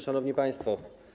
Szanowni Państwo!